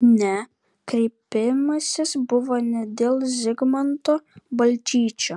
ne kreipimasis buvo ne dėl zigmanto balčyčio